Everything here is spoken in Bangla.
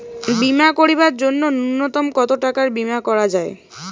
বীমা করিবার জন্য নূন্যতম কতো টাকার বীমা করা যায়?